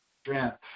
Strength